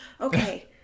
Okay